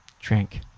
drink